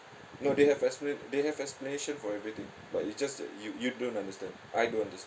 no they have explain they have explanation for everything but it's just that you you don't understand I don't understand